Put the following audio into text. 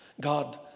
God